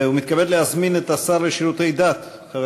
אני מתכבד להזמין את השר לשירותי דת חבר